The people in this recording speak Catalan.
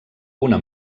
una